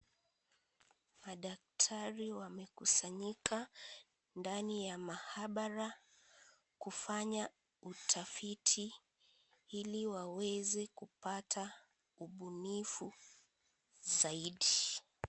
Madaktari wamekusanyika ndani ya mahabala kufanya utafiti ili waweze kupata ubunifu zaidi.